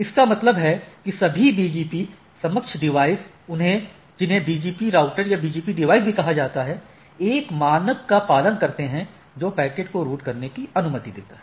इसका मतलब है कि सभी BGP सक्षम डिवाइस जिन्हें BGP राउटर या BGP डिवाइस भी कहा जाता है एक मानक का पालन करते हैं जो पैकेट को रूट करने की अनुमति देता है